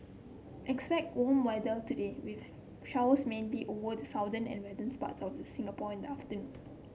expect warm weather today with showers mainly over the southern and westerns parts of the Singapore in the afternoon